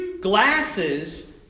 glasses